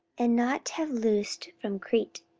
and not have loosed from crete,